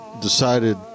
decided